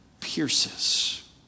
pierces